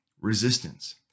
resistance